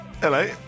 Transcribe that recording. Hello